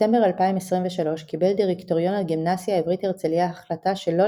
בספטמבר 2023 קיבל דירקטוריון הגימנסיה העברית הרצליה החלטה שלא